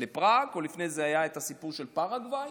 לפראג, ולפני זה היה הסיפור של פרגוואי,